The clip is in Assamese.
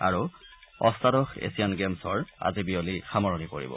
আৰু অষ্টাদশ এছিয়ান গেমছৰ আজি বিয়লি সামৰণি পৰিব